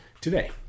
today